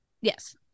Yes